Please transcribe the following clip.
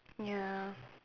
ya